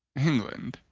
england?